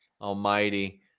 almighty